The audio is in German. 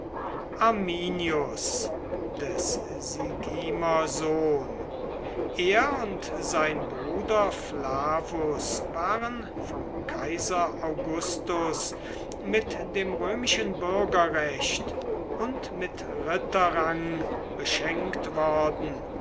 arminius des sigimer sohn er und sein bruder flavus waren vom kaiser augustes mit dem römischen bürgerrecht und mit ritterrang beschenkt worden